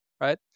right